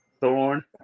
Thorn